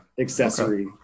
accessory